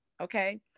okay